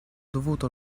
dovuto